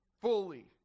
fully